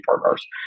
partners